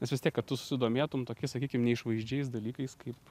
nes vis tiek kad tu susidomėtum tokiais sakykim neišvaizdžiais dalykais kaip